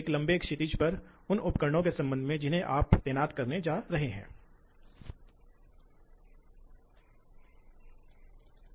जबकि टॉर्क के बहुत निचले स्तर पर निरंतर ड्यूटी हासिल की जा सकती है